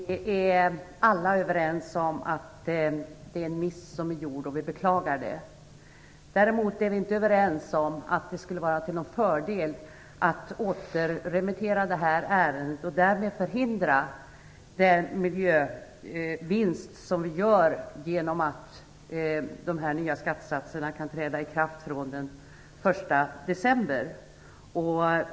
Herr talman! Vi är alla överens om att det är en miss som är gjord, och vi beklagar det. Däremot är vi inte överens om att det skulle vara till någon fördel att återremittera detta ärende och därmed förhindra den miljövinst som vi gör genom att de nya skattesatserna kan träda i kraft den 1 december.